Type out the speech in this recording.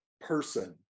person